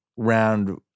Round